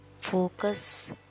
Focus